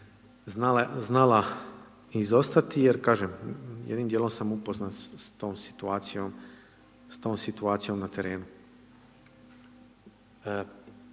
znala izostati jer kažem jednim dijelom sam upoznat s tom situacijom na terenu.